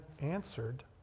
answered